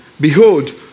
Behold